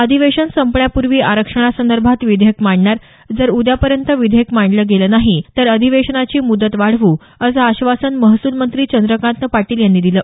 अधिवेशन संपण्यापूर्वी आरक्षणासंदर्भात विधेयक मांडणार जर उद्यापर्यंत विधेयक मांडलं गेलं नाही तर अधिवेशनाची मुदत वाढवू असं आश्वासन महसूल मंत्री चंद्रकांत पाटील यांनी दिलं